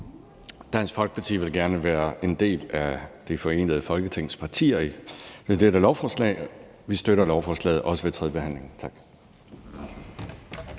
Dansk Folkeparti vil gerne være en del af det forenede Folketings partier med dette lovforslag. Vi støtter lovforslaget, også ved tredjebehandlingen. Tak.